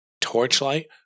Torchlight